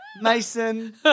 Mason